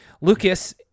Lucas